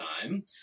time